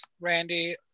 Randy